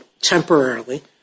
temporarily